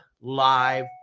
live